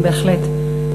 בהחלט.